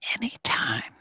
anytime